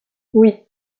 oui